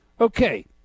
Okay